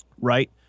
right